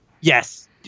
Yes